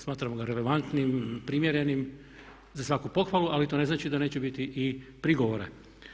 Smatramo ga relevantnim i primjerenim, za svaku pohvalu, ali to ne znači da neće biti i prigovora.